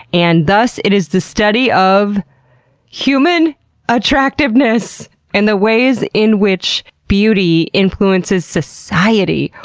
and thus, it is the study of human attractiveness and the ways in which beauty influences society!